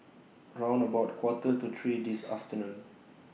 round about Quarter to three This afternoon